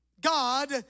God